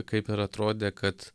kaip ir atrodė kad